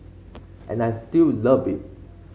and I still love it